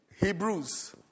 Hebrews